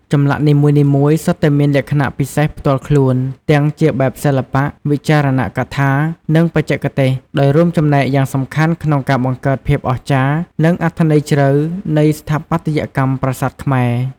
ចម្លាក់នីមួយៗសុទ្ធតែមានលក្ខណៈពិសេសផ្ទាល់ខ្លួន ទាំងជាបែបសិល្បៈ វិចារណកថា និងបច្ចេកទេស ដោយរួមចំណែកយ៉ាងសំខាន់ក្នុងការបង្កើតភាពអស្ចារ្យ និងអត្ថន័យជ្រៅនៃស្ថាបត្យកម្មប្រាសាទខ្មែរ។